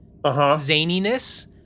zaniness